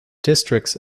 districts